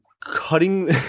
cutting